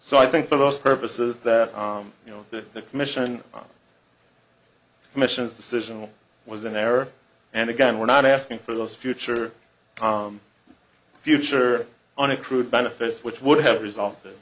so i think for most purposes that you know that the commission commission's decision was an error and again we're not asking for those future future on a crude benefits which would have resulted